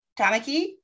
tamaki